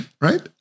right